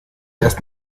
erst